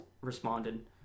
responded